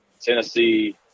Tennessee